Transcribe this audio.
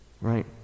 Right